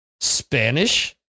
Spanish